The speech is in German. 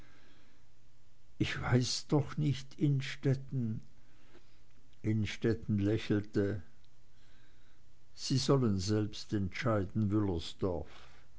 ich weiß doch nicht innstetten innstetten lächelte sie sollen selbst entscheiden